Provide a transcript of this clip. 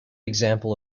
example